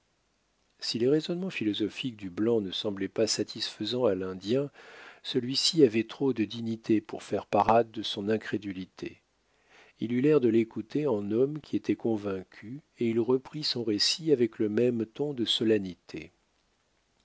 si les raisonnements philosophiques du blanc ne semblaient pas satisfaisants à l'indien celui-ci avait trop de dignité pour faire parade de son incrédulité il eut l'air de l'écouter en homme qui était convaincu et il reprit son récit avec le même ton de solennité